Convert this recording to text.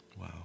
Wow